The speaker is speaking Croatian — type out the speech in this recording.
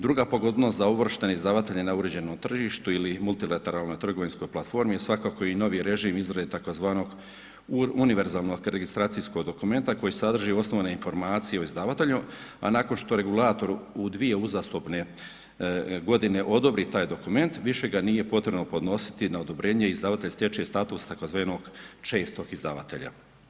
Druga pogodnost za uvrštene izdavatelje na uređenom tržištu ili multilateralnoj trgovinskoj platformi je svakako i novi režim izrade tzv. univerzalnog registracijskog dokumenta koji sadrži osnovne informacije o izdavatelju, a nakon što regulator u dvije uzastopne godine odobri taj dokument više ga nije potrebno podnositi na odobrenje, izdavatelj steče status tzv. čestog izdavatelja.